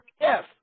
Yes